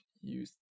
use